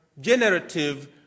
generative